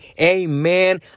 Amen